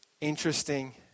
interesting